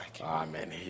Amen